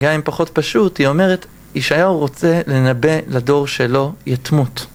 גם אם פחות פשוט, היא אומרת, ישעיהו רוצה לנבא לדור שלו יתמות.